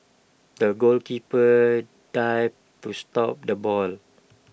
the goalkeeper dived to stop the ball